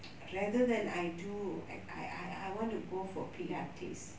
rather then I do ac~ I I I want to go for pilates